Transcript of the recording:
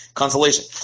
consolation